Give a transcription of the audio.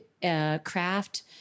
craft